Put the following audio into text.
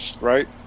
right